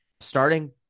Starting